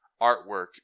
artwork